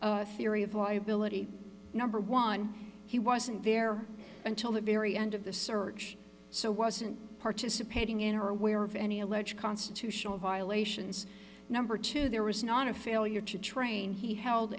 other theory of liability number one he wasn't there until the very end of the search so wasn't participating in or aware of any alleged constitutional violations number two there was not a failure to train he held